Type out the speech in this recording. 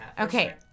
Okay